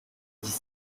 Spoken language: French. dix